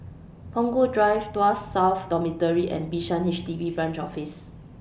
Punggol Drive Tuas South Dormitory and Bishan H D B Branch Office